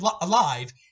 alive